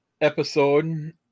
Episode